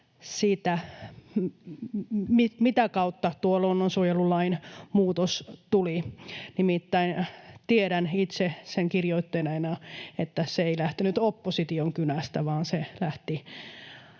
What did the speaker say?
mitä kautta tuo luonnonsuojelulain muutos tuli. Nimittäin tiedän itse sen kirjoittajana, että se ei lähtenyt opposition kynästä vaan se lähti